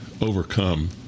overcome